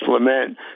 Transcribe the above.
lament